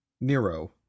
Nero